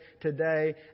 today